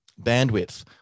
bandwidth